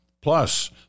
Plus